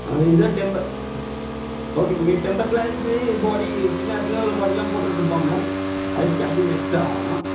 ஆ இதே டெம்பர் ஓகேங்க ma'am temper glass body பின்னால் பின்னால் உள்ள பாடிலாம் போட்ரட்டுமா மேம் அதுக்கு சார்ஜஸ் எக்ஸ்டரா ஆவும் ஆனால்